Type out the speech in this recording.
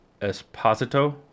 Esposito